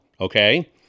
okay